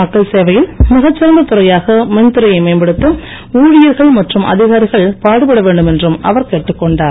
மக்கள் சேவையில் மிக சிறந்த துறையாக மின்துறையை மேம்படுத்த ஊழியர்கள் மற்றும் அதிகாரிகள் பாடுபட வேண்டும் என்றும் அவர் கேட்டுக் கொண்டார்